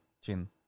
chin